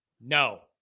No